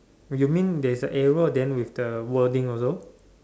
you mean there's a arrow then with the wording also